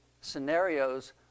scenarios